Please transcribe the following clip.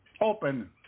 Open